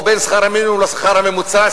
או בין שכר המינימום לשכר הממוצע,